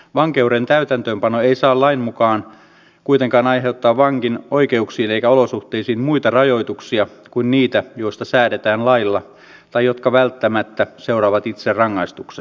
vankeuden täytäntöönpano ei saa lain mukaan kuitenkaan aiheuttaa vangin oikeuksiin eikä olosuhteisiin muita rajoituksia kuin niitä joista säädetään lailla tai jotka välttämättä seuraavat itse rangaistuksesta